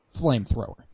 Flamethrower